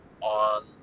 on